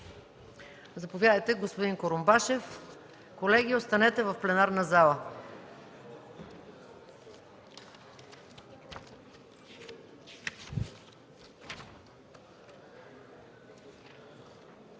Заповядайте, господин Курумбашев. Колеги, останете в пленарната зала.